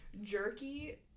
jerky